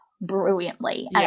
brilliantly